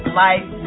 life